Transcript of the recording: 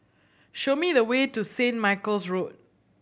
show me the way to Saint Michael's Road